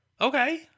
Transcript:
Okay